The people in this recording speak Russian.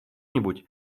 нибудь